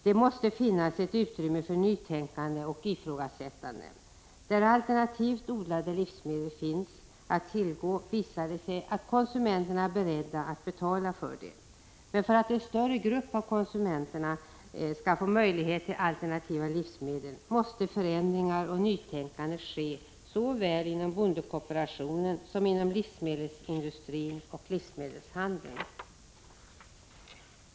Det måste finnas ett utrymme för nytänkande och ifrågasättande. Där alternativt odlade livsmedel finns att tillgå visar det sig att konsumenterna är beredda att betala för det. Men för att en större grupp av konsumenterna skall få möjlighet till alternativa livsmedel måste förändringar och nytänkande ske såväl inom bondekooperationen som inom livsmedelsindustrin och livsmedelshandeln.